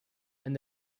and